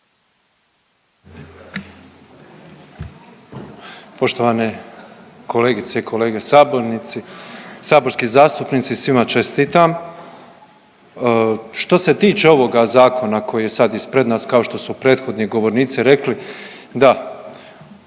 Poštovane kolegice i kolege sabornici, saborski zastupnici, svima čestitam. Što se tiče ovoga zakona koji je sada ispred nas, kao što su prethodni govornici rekli, da,